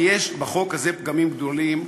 כי יש בחוק הזה פגמים גדולים.